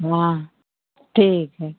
हाँ ठीक है